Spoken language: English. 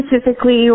specifically